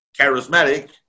charismatic